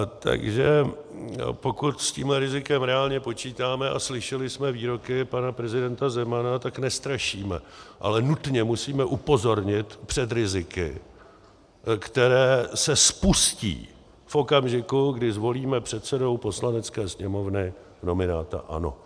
Takže pokud s tímhle rizikem reálně počítáme, a slyšeli jsme výroky pana prezidenta Zemana, tak nestrašíme, ale nutně musíme upozornit před riziky, která se spustí v okamžiku, kdy zvolíme předsedou Poslanecké sněmovny nominanta ANO.